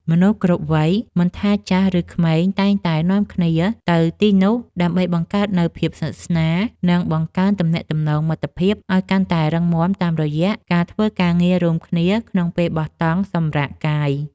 មនុស្សគ្រប់វ័យមិនថាចាស់ឬក្មេងតែងតែនាំគ្នាទៅទីនោះដើម្បីបង្កើតនូវភាពស្និទ្ធស្នាល និង បង្កើនទំនាក់ទំនងមិត្តភាពឱ្យកាន់តែរឹងមាំតាមរយៈការធ្វើការងាររួមគ្នាក្នុងពេលបោះតង់សម្រាកកាយ។